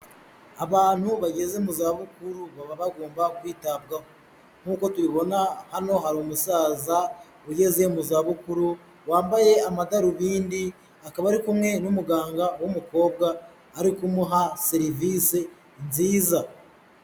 Abantu bageze mu za bukuru baba bagomba kwitabwaho. Nk'uko tubibona, hano hari umusaza ugeze mu za bukuru wambaye amadarubindi, akaba ari kumwe n'umuganga w'umukobwa, ari kumuha serivise nziza.